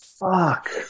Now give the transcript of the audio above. fuck